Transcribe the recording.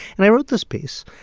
and i wrote this piece,